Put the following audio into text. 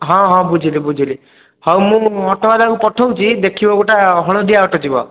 ହଁ ହଁ ବୁଝିଲି ବୁଝିଲି ହଉ ମୁଁ ଅଟୋବାଲାକୁ ପଠାଉଛି ଦେଖିବ ଗୋଟାଏ ହଳଦିଆ ଅଟୋ ଯିବ